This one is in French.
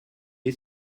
est